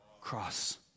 Cross